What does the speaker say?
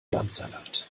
bandsalat